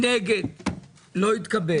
מיליארד שקלים ולא מצאתם שקל אחד לעצמאים.